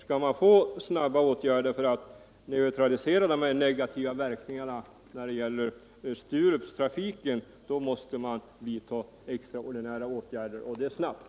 Om man vill neutralisera de negativa verkningarna för Sturuptrafiken måste man vidta extraordinära åtgärder, och det snabbt.